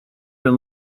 been